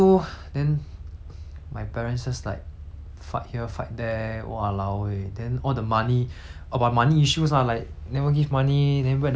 fight here fight there !walao! eh then all the money about money issues lah like never give money then where the money go then never take care of us then my dad like